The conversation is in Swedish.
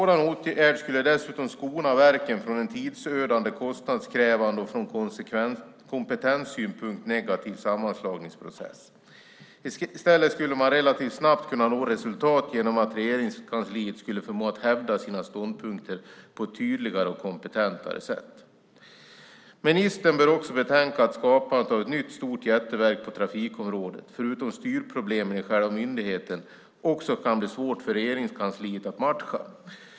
Det skulle dessutom skona verken från en tidsödande, kostnadskrävande och från kompetenssynpunkt negativ sammanslagningsprocess. I stället skulle man relativt snart kunna nå resultat genom att Regeringskansliet skulle förmå att hävda sina ståndpunkter på ett tydligare och mer kompetent sätt. Ministern bör också betänka att skapandet av ett nytt, stort jätteverk på trafikområdet förutom styrproblem i själva myndigheten också kan bli svårt för Regeringskansliet att matcha.